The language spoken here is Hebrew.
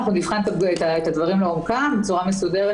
אנחנו נבחן את הדברים לעומקם בצורה מסודרת